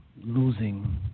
losing